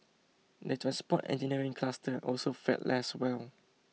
the transport engineering cluster also fared less well